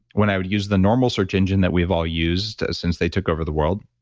when i would use the normal search engine that we've all used since they took over the world,